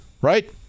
right